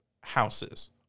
houses